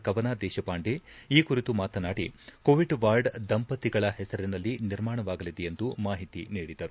ಕವನ ದೇಶಪಾಂಡೆ ಈ ಕುರಿತು ಮಾತನಾಡಿ ಕೋವಿಡ್ ವಾರ್ಡ್ ದಂಪತಿಗಳ ಹೆಸರಿನಲ್ಲಿ ನಿರ್ಮಾಣವಾಗಲಿದೆ ಎಂದು ಮಾಹಿತಿ ನೀಡಿದರು